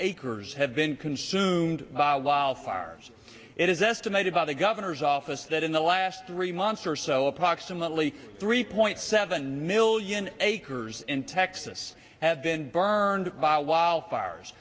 acres have been consumed while far it is estimated by the governor's office that in the last three months or so approximately three point seven million acres in texas have been burned by wildfires